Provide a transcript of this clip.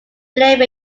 blame